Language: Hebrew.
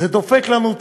אדוני היושב-ראש,